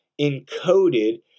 encoded